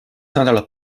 nädalat